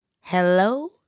Hello